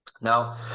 Now